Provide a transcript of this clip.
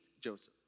Joseph